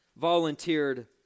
volunteered